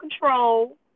control